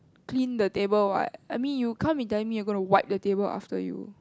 clean the table what I mean you can't be telling me you're gonna wipe the table after you